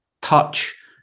touch